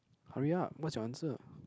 hurry up what's your answer